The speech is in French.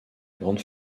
grande